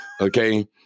okay